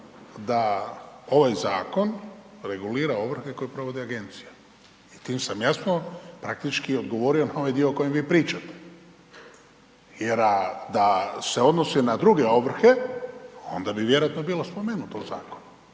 da ovaj zakon regulira ovrhe koje provode agencije. I time sam jasno praktički odgovorio na ovaj dio o kojem vi pričate. Jer da se odnosi na druge ovrhe onda bi vjerojatno bilo spomenuto u zakonu.